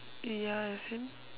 ya as in